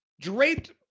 draped